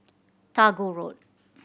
Tagore Road